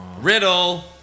Riddle